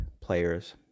players